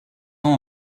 ans